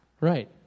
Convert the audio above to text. Right